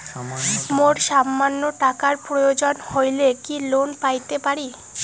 মোর সামান্য টাকার প্রয়োজন হইলে কি লোন পাইতে পারি?